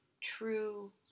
true